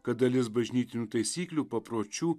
kad dalis bažnytinių taisyklių papročių